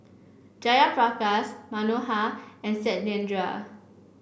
Jayaprakash Manohar and Satyendra